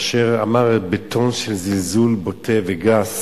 כאשר אמר בטון של זלזול בוטה וגס